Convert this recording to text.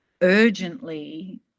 urgently